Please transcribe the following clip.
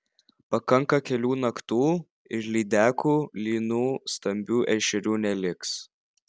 pakanka kelių naktų ir lydekų lynų stambių ešerių neliks